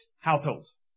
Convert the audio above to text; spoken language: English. households